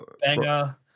banger